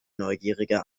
neugierige